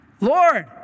Lord